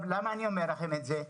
למה אני אומר לכם את זה?